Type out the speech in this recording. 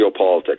geopolitics